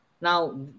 Now